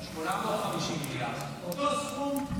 850. אותו סכום,